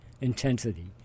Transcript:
intensity